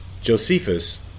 Josephus